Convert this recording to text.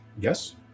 Yes